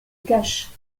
cache